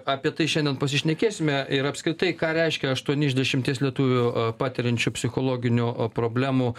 apie tai šiandien pasišnekėsime ir apskritai ką reiškia aštuoni iš dešimties lietuvių patiriančių psichologinių problemų